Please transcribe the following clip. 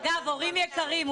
הורים יקרים,